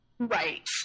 Right